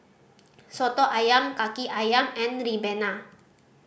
Soto Ayam Kaki Ayam and ribena